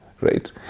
right